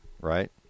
right